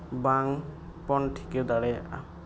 ᱵᱟᱝ ᱵᱚᱱ ᱴᱷᱤᱠᱟᱹ ᱫᱟᱲᱮᱭᱟᱜᱼᱟ